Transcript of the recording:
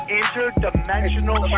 interdimensional